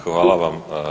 Hvala vam.